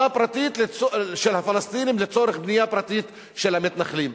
פרטית של הפלסטינים לצורך בנייה פרטית של המתנחלים.